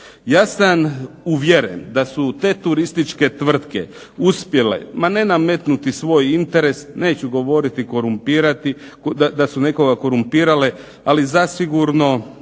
Ja sam uvjeren da su te turističke tvrtke uspjele ma ne nametnuti svoj interes, neću govoriti korumpirati, da su nekoga korumpirale, ali zasigurno